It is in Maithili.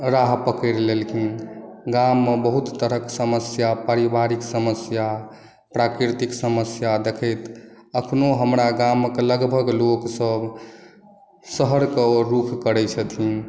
राह पकड़ि लेलखिन गाममे बहुत तरहक समस्या पारिवारिक समस्या प्राकृतिक समस्या देखैत अपनो हमरा गामक लगभग लोकसभ शहरके ओर रुख करै छथिन